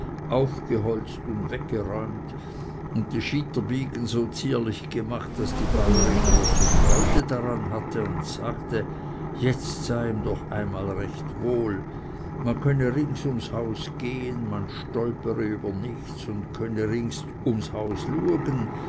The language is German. und weggeräumt und die scheiterbygen so zierlich gemacht daß die bäurin große freude daran hatte und sagte jetzt sei eim doch einmal recht wohl man könne zring ums haus gehen man stolpere über nichts und könne zring ums haus luegen